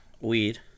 Weed